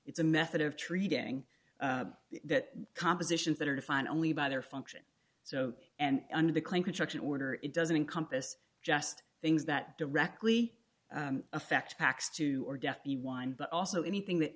it's a method of treating that compositions that are defined only by their function so and under the claim construction order it doesn't encompass just things that directly affect facts to your death the wind but also anything that